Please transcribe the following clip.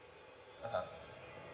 [hah]